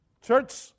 Church